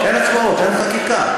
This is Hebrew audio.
הצבעות, אין חקיקה.